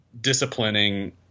disciplining